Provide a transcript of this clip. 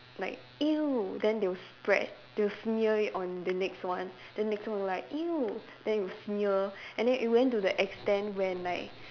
like !eww! then they will spread they will smear it on the next one then next one will like !eww! then will smear then it went to the extent when like